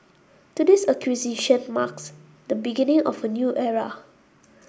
today's acquisition marks the beginning of a new era